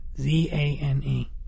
Z-A-N-E